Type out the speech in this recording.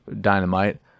dynamite